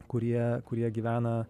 kurie kurie gyvena